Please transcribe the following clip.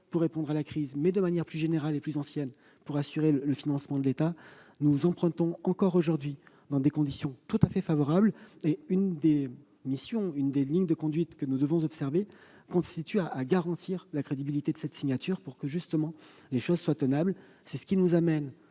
pour répondre à la crise, mais aussi, plus généralement et plus traditionnellement, pour assurer le financement de l'État. Alors que nous empruntons encore aujourd'hui dans des conditions tout à fait favorables, l'une des lignes de conduite que nous devons observer consiste à garantir la crédibilité de cette signature, pour que les choses soient tenables. C'est ce qui nous amène,